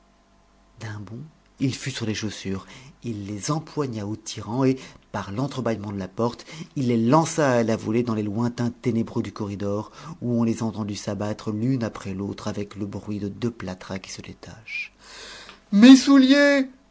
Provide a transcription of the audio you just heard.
d'un bond il fut sur les chaussures il les empoigna aux tirants et par l'entrebâillement de la porte il les lança à la volée dans les lointains ténébreux du corridor où on les entendit s'abattre l'une après l'autre avec le bruit de deux plâtras qui se détachent mes souliers